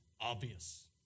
obvious